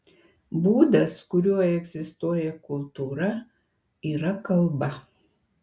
būdas kuriuo egzistuoja kultūra yra kalba